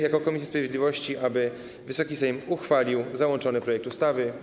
Jako komisja sprawiedliwości wnosimy, aby Wysoki Sejm uchwalił załączony projekt ustawy.